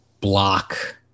block